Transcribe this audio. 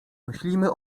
myślmy